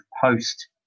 post